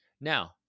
Now